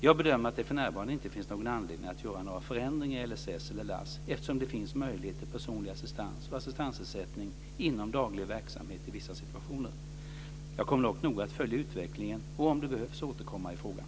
Jag bedömer att det för närvarande inte finns någon anledning att göra några förändringar i LSS eller LASS eftersom det finns möjlighet till personlig assistans och assistansersättning inom daglig verksamhet i vissa situationer. Jag kommer dock att noga följa utvecklingen och om det behövs återkomma i frågan.